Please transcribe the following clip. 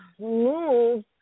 move